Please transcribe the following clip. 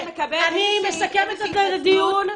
מסכמת את הדיון.